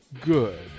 good